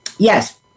Yes